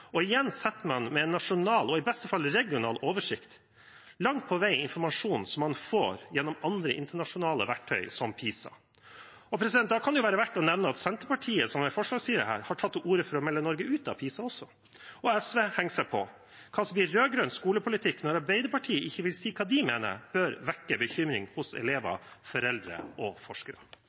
Igjen sitter man med en nasjonal og i beste fall regional oversikt, langt på vei informasjon som man får gjennom andre internasjonale verktøy som PISA. Da kan det jo være verdt å nevne at Senterpartiet som en forsvarsside her har tatt til orde for å melde Norge ut av PISA også, og SV henger seg på. Hva som blir rød-grønn skolepolitikk når Arbeiderpartiet ikke vil si hva de mener, bør vekke bekymring hos elever, foreldre og forskere.